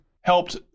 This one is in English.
helped